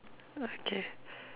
okay